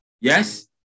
yes